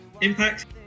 impact